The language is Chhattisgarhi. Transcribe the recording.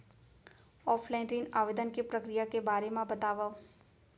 ऑफलाइन ऋण आवेदन के प्रक्रिया के बारे म बतावव?